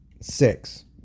six